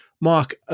Mark